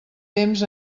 temps